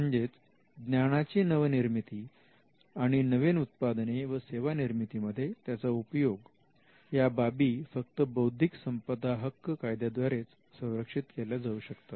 म्हणजेच ज्ञानाची नवनिर्मिती आणि नवीन उत्पादने व सेवा निर्मितीमध्ये त्याचा उपयोग ह्या बाबी फक्त बौद्धिक संपदा हक्क कायद्याद्वारेच संरक्षित केल्या जाऊ शकतात